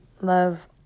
love